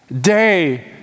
Day